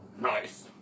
nice